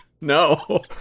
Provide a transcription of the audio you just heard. No